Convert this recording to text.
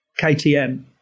KTM